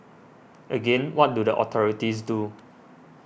again what do the authorities do